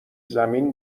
زمین